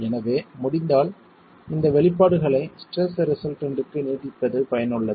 எனவே முடிந்தால் இந்த வெளிப்பாடுகளை ஸ்ட்ரெஸ் ரிசல்டன்ட்க்கு நீட்டிப்பது பயனுள்ளது